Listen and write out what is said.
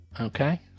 Okay